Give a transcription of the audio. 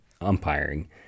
umpiring